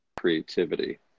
creativity